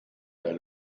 der